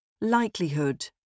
Likelihood